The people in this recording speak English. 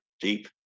deep